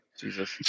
Jesus